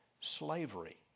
slavery